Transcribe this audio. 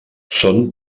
són